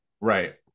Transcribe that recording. right